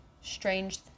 strange